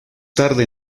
tarde